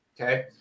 Okay